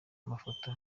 mafoto